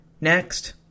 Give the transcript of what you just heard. Next